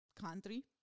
country